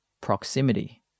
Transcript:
proximity